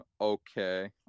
okay